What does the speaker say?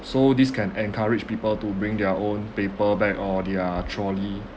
so this can encourage people to bring their own paper bag or their trolley